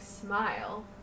smile